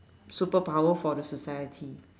superpower for the society